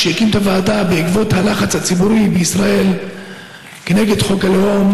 כשהקים את הוועדה בעקבות הלחץ הציבורי בישראל כנגד חוק הלאום,